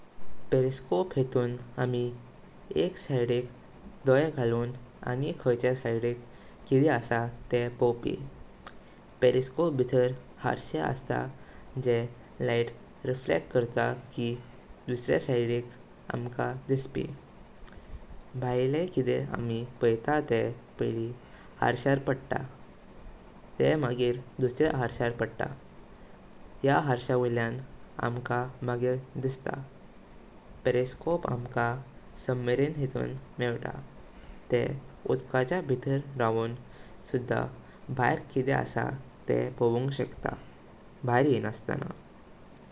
Periscope हित्वं आमी एक सिडीक दोये गाळून आनी काहीच सिदीक किदे आसा तेह पोवपी। पेरिस्कोप बितर हर्षे अस्तां जे लाइट रिफ्लेक्ट करता की दुसरे सिडीक आमका दिसपी। भायलें किदे आमी पईतांत तेह पायल्या हर्ष्यार पडता। तेह मागिरी दुसर्या हर्ष्यार पडता। या हर्षवाइल्यान अंकां मागिरी दिसता। पेरिस्कोप आमका सबमरीन हित्वं मेवता। तेह उदकाच्या भीतार रवून सुद्दा भायर किदे आसा तेह पोवूंग शेकता, भायर येयिनास्ताना।